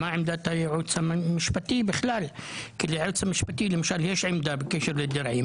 מה עמדת הייעוץ המשפטי בכלל כי ליועץ המשפטי למשל יש עמדה בקשר לדרעי.